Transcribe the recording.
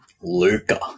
Luca